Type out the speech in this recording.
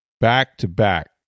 back-to-back